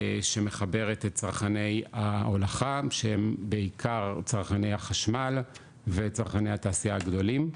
שמחברת את צרכני ההולכה שהם בעיקר צרכני החשמל וצרכני התעשייה הגדולים.